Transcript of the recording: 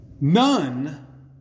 None